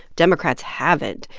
democrats haven't.